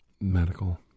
medical